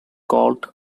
called